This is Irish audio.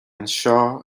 anseo